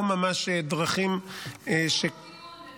לא ממש דרכים --- גם עסקאות טיעון,